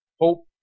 hope